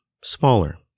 smaller